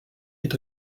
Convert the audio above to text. est